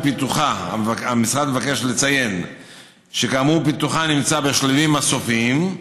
המשרד מבקש לציין שכאמור פיתוחה נמצא בשלבים הסופיים,